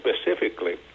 specifically